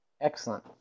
Excellent